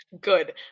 Good